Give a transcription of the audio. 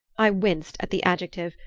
i winced at the adjective,